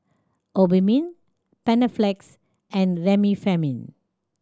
Obimin Panaflex and Remifemin